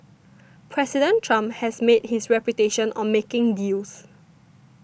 President Trump has made his reputation on making deals